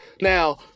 Now